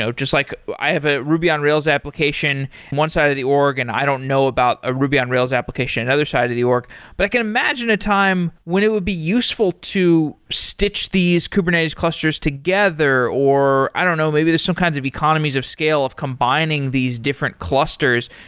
just like i have a ruby on rails application in one side of the org, and i don't know about a ruby on rails application in other side of the org but i can imagine a time when it would be useful to stitch these kubernetes clusters together, or i don't know, maybe there's some kinds of economies of scale of combining these different clusters.